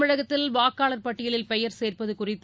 தமிழகத்தில் வாக்காளர் பட்டியலில் பெயர் சேர்ப்பது குறித்து